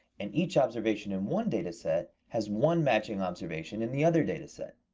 and each observation in one data set has one matching observation in the other data set.